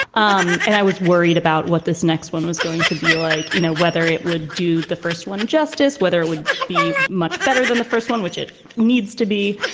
um and i was worried about what this next one was going to be like, you know, whether it would do the first one justice, whether it would be much better than the first one, which it needs to be.